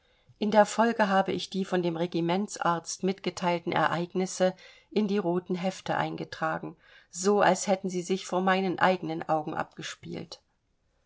in der folge habe ich die von dem regimentsarzt mitgeteilten ereignisse in die roten hefte eingetragen so als hätten sie sich vor meinen eigenen augen abgespielt